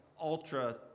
ultra